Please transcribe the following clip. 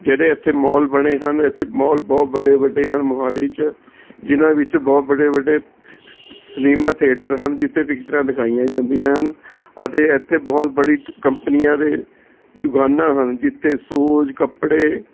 ਜਿਹੜੇ ਇੱਥੇ ਮੋਲ ਬਣੇ ਹਨ ਇੱਥੇ ਮੋਲ ਬਹੁਤ ਵੱਡੇ ਵੱਡੇ ਹਨ ਮੋਹਾਲੀ 'ਚ ਜਿਹਨਾਂ ਵਿੱਚ ਬਹੁਤ ਵੱਡੇ ਵੱਡੇ ਸਿਨੇਮਾ ਥਿਏਟਰ ਹਨ ਜਿੱਥੇ ਪਿਕਚਰਾਂ ਦਿਖਾਈਆਂ ਜਾਂਦੀਆਂ ਹਨ ਅਤੇ ਇੱਥੇ ਬਹੁਤ ਬੜੀ ਕ ਕੰਪਨੀਆਂ ਦੇ ਦੁਕਾਨਾਂ ਹਨ ਜਿੱਥੇ ਸੋਜ਼ ਕੱਪੜੇ